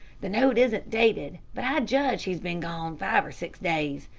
the note isn't dated, but i judge he's been gone five or six days.